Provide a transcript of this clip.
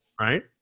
Right